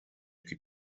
could